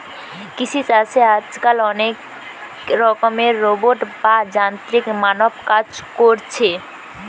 কৃষি চাষে আজকাল অনেক রকমের রোবট বা যান্ত্রিক মানব কাজ কোরছে